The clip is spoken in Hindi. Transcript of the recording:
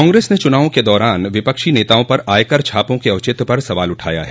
कांग्रेस ने चुनावों के दौरान विपक्षी नेताओं पर आयकर छापों के औचित्य पर सवाल उठाया है